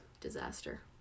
disaster